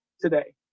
today